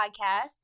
podcast